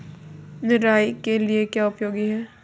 निराई के लिए क्या उपयोगी है?